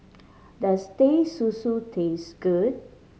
does Teh Susu taste good